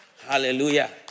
Hallelujah